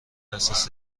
اساس